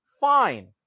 Fine